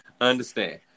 Understand